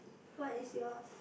what is yours